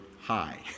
Hi